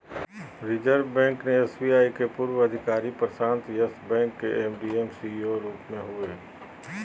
reserve Bank ने एस.बी.आई के पूर्व अधिकारी प्रशांत यस बैंक के एम.डी, सी.ई.ओ रूप हइ